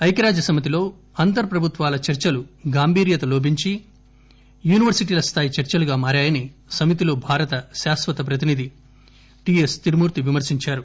ఐక్బరాజ్య సమితిలో అంతర్ ప్రభుత్వాల చర్చలు గాంభీర్యత లోపించి యూనివర్పిటీల స్థాయి చర్చలుగా మారాయని సమితిలో భారత శాశ్వత ప్రతినిధి టీఎస్ తిరుమూర్తి విమర్శించారు